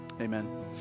Amen